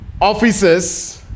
offices